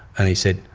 and he said,